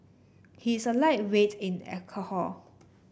he is a lightweight in alcohol